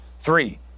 Three